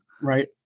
right